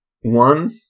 one